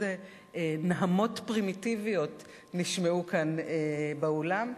נהמות פרימיטיביות נשמעו כאן באולם.